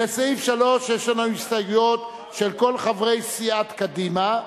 לסעיף 3 יש לנו הסתייגויות של כל חברי סיעת קדימה,